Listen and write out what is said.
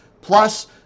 Plus